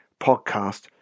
podcast